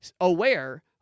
aware